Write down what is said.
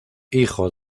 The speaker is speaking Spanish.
hijo